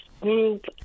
Group